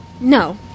No